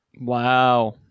wow